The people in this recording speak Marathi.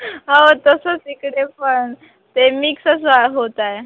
हो तसंच इकडे पण ते मिक्सच होत आहे